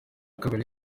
kabiri